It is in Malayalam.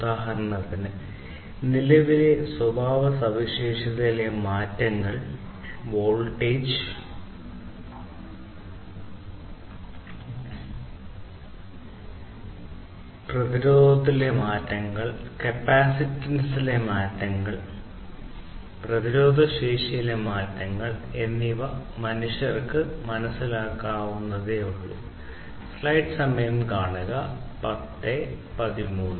ഉദാഹരണത്തിന് നിലവിലെ സ്വഭാവസവിശേഷതകളിലെ മാറ്റങ്ങൾ വോൾട്ടേജ് സവിശേഷതകളിലെ മാറ്റങ്ങൾ പ്രതിരോധത്തിലെ മാറ്റങ്ങൾ കപ്പാസിറ്റൻസിലെ മാറ്റങ്ങൾ പ്രതിരോധശേഷിയിലെ മാറ്റങ്ങൾ എന്നിവ മനുഷ്യർക്ക് മനസ്സിലാക്കാവുന്നതേയുള്ളൂ